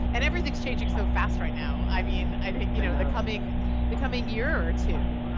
and everything's changing so fast right now, i mean i think you know the coming but coming year or two,